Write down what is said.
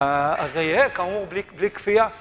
אז זה יהיה כאמור בלי כפייה